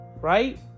Right